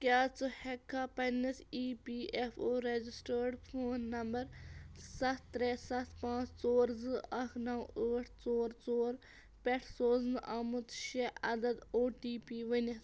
کیٛاہ ژٕ ہیٚککھا پننِس E P F O registered phone number سَتھ ترٛےٚ سَتھ پانٛژھ ژور زٕ اَکھ نَو ٲٹھ ژور ژور پٮ۪ٹھ سوزنہٕ آمُت شےٚ عدد او ٹی پی ؤنِتھ